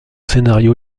scénario